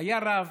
היה רב